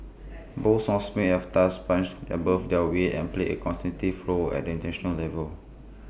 both songs may have thus punched above their weight and played A role at International level